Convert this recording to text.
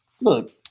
look